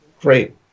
great